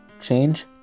change